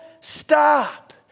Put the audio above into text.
stop